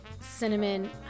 cinnamon